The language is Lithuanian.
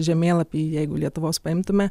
žemėlapį jeigu lietuvos paimtume